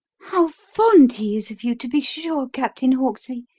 how fond he is of you to be sure, captain hawksley.